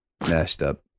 mashed-up